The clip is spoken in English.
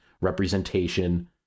representation